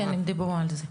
כן, הם דיברו על זה.